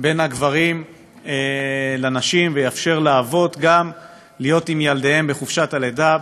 בין הגברים לנשים ויאפשר לאבות גם להיות עם ילדיהם בחופשת הלידה.